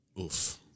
oof